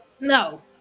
no